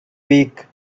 week